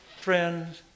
friends